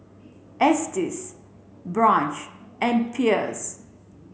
Estes Branch and Pierce